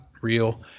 real